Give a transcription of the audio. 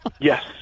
Yes